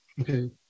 Okay